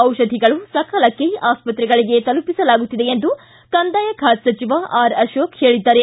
ದಿಷಧಿಗಳು ಸಕಾಲಕ್ಕೆ ಆಸ್ತ್ರೆಗಳಿಗೆ ತಲುಪಿಸಲಾಗುತ್ತಿದೆ ಎಂದು ಕಂದಾಯ ಖಾತೆ ಸಚಿವ ಆರ್ ಅಶೋಕ ಹೇಳಿದ್ದಾರೆ